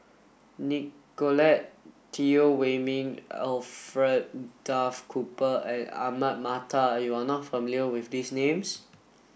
Nicolette Teo Wei min Alfred Duff Cooper and Ahmad Mattar you are not familiar with these names